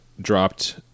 dropped